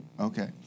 Okay